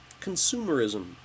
consumerism